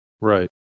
Right